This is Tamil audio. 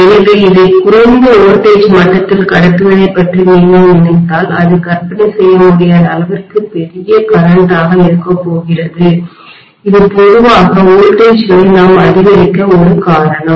எனவே இதை குறைந்த மின்னழுத்தவோல்டேஜ் மட்டத்தில் கடத்துவதைப் பற்றி நீங்கள் நினைத்தால் அது கற்பனை செய்யமுடியாத அளவிற்கு பெரிய மின்னோட்டமாக கரண்ட்டாக இருக்கப் போகிறது இது பொதுவாக மின்னழுத்தங்களை வோல்டேஜ் களை நாம் அதிகரிக்க ஒரு காரணம்